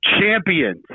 champions